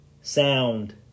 Sound